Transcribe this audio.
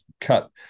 cut